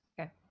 okay